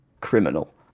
criminal